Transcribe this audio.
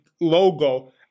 logo